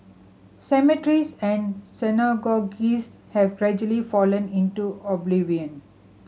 cemeteries and synagogues have gradually fallen into oblivion